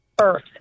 Earth